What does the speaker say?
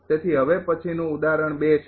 તેથી હવે પછીનું ઉદાહરણ ૨ છે